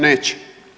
Neće.